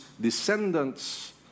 descendants